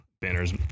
banners